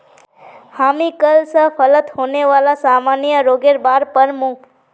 हामी कल स फलत होने वाला सामान्य रोगेर बार पढ़ मु